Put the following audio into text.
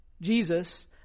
Jesus